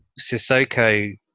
Sissoko